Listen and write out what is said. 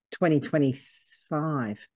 2025